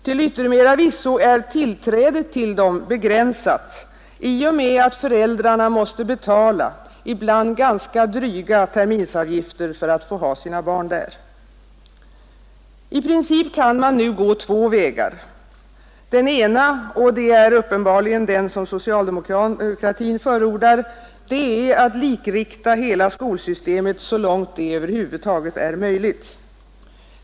Till yttermera visso är tillträdet till dem begränsat i och med att föräldrarna måste betala, ibland ganska dryga terminsavgifter för att få ha sina barn där. I princip kan man gå två vägar. Den ena — och det är uppenbarligen den som socialdemokratin förordar — är att likrikta hela skolsystemet så långt detta över huvud taget är möjligt.